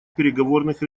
переговорных